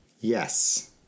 Yes